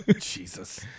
Jesus